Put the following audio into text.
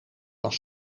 was